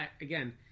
Again